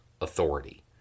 authority